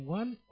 one